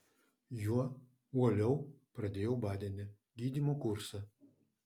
juo uoliau pradėjau badene gydymo kursą